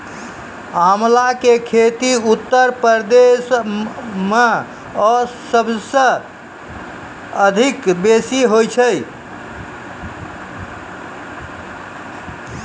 आंवला के खेती उत्तर प्रदेश मअ सबसअ बेसी हुअए छै